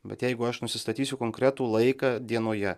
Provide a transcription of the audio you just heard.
bet jeigu aš nusistatysiu konkretų laiką dienoje